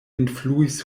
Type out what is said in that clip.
influis